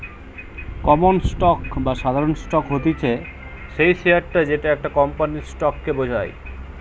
common stock বা সাধারণ stock হতিছে সেই শেয়ারটা যেটা একটা কোম্পানির স্টক কে বোঝায়